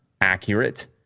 accurate